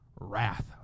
wrath